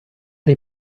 dei